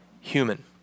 human